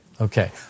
Okay